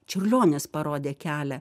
čiurlionis parodė kelią